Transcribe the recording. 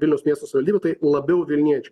vilniaus miesto savivaldybė tai labiau vilniečiai